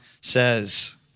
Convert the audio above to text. says